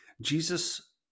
Jesus